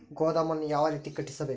ಗೋದಾಮನ್ನು ಯಾವ ರೇತಿ ಕಟ್ಟಿಸಬೇಕು?